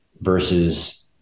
versus